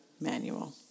manual